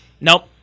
nope